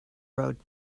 road